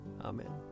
Amen